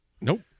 Nope